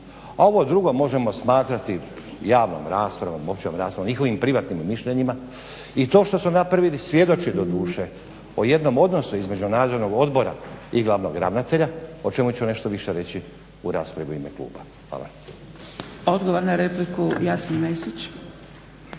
A ovo drugo možemo smatrati javnom raspravom, općom raspravom, njihovim privatnim mišljenjima i to što su napravili svjedoči doduše o jednom odnosu između Nadzornog odbora i glavnog ravnatelja o čemu ću nešto više reći u raspravi u ime kluba. Hvala. **Zgrebec, Dragica